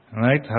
Right